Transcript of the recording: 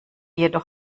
jedoch